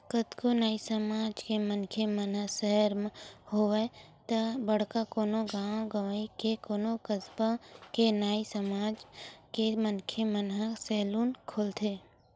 कतको नाई समाज के मनखे मन ह सहर म होवय ते बड़का कोनो गाँव गंवई ते कोनो कस्बा के नाई समाज के मनखे मन ह सैलून खोलथे